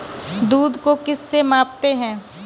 दूध को किस से मापते हैं?